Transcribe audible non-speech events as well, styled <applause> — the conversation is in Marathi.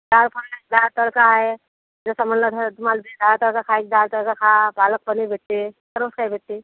डाळ <unintelligible> डाळ तडका आहे जसं म्हणलं <unintelligible> डाळ तडका खाई डाळ तडका खा पालक पनीर भेटते सर्वच काही भेटते